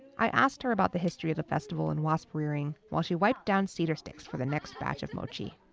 i asked her about the history of the festival and wasp rearing while she wiped down cedar sticks for the next batch of mochi.